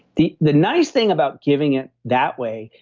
the the nice thing about giving it that way,